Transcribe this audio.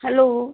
hello